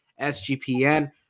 SGPN